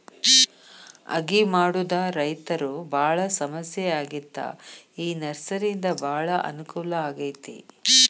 ಅಗಿ ಮಾಡುದ ರೈತರು ಬಾಳ ಸಮಸ್ಯೆ ಆಗಿತ್ತ ಈ ನರ್ಸರಿಯಿಂದ ಬಾಳ ಅನಕೂಲ ಆಗೈತಿ